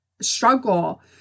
struggle